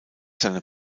seiner